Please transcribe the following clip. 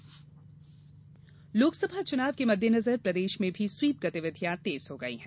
SVEEP गतिविधियां लोकसभा चुनाव के मददेनर प्रदेश में भी स्वीप गतिविधियां तेज हो गई हैं